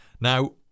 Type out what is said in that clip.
Now